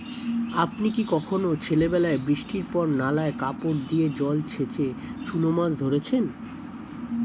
আপনি কি কখনও ছেলেবেলায় বৃষ্টির পর নালায় কাপড় দিয়ে জল ছেঁচে চুনো মাছ ধরেছেন?